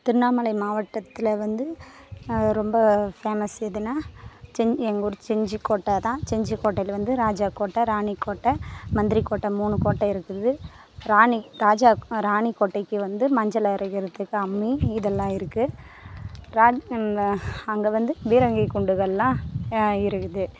திருவண்ணாமலை மாவட்டத்தில் வந்து ரொம்ப ஃபேமஸ் எதுன்னா செஞ் எங்கள் ஊர் செஞ்சி கோட்டை தான் செஞ்சி கோட்டையில் வந்து ராஜா கோட்டை ராணி கோட்டை மந்திரி கோட்டை மூணு கோட்டை இருக்குது ராணி ராஜா ராணி கோட்டைக்கு வந்து மஞ்சள் அரைகிறதுக்கு அம்மி இதெல்லாம் இருக்கு ராணி அங்கே அங்கே வந்து பீரங்கி குண்டுகள் எல்லாம் இருக்குது